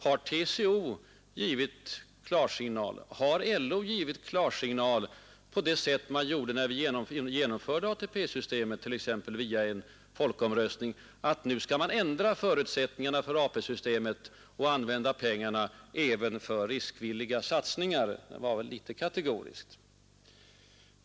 Har TCO givit klarsignal? Har LO givit klarsignal på det sätt man gjorde när vi t.ex. genomförde ATP-systemet via folkomröstning? Nu skulle man alltså ändra förutsättningarna för AP-systemet och använda pengarna även för riskvilliga satsningar. Det var väl ändå litet kategoriskt.